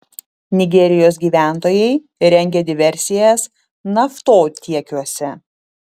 nigerijos gyventojai rengia diversijas naftotiekiuose